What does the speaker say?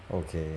okay